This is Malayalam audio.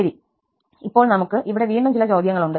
ശരി ഇപ്പോൾ നമുക്ക് ഇവിടെ വീണ്ടും ചില ചോദ്യങ്ങളുണ്ട്